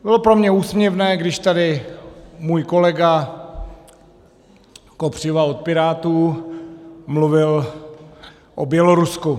Bylo pro mě úsměvné, když tady můj kolega Kopřiva od Pirátů mluvil o Bělorusku.